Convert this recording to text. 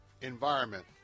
environment